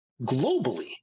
globally